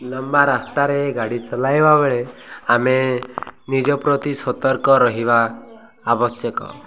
ଲମ୍ବା ରାସ୍ତାରେ ଗାଡ଼ି ଚଲାଇବା ବେଳେ ଆମେ ନିଜ ପ୍ରତି ସତର୍କ ରହିବା ଆବଶ୍ୟକ